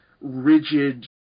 rigid